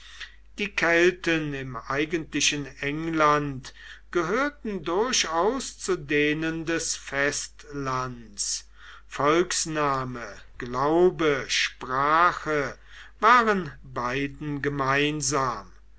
die kelten im eigentlichen england gehörten durchaus zu denen des festlands volksname glaube sprache waren beiden gemeinsam